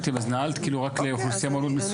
אז נעלת כאילו רק אוכלוסייה מאוד מסוימת.